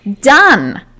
Done